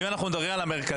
ואם אנחנו מדברים על המרכזים,